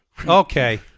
Okay